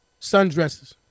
Sundresses